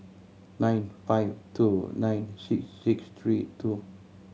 nine five two nine six six three two